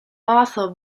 arthur